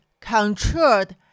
controlled